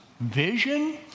vision